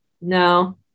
No